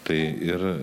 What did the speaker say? tai ir